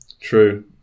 True